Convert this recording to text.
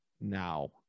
now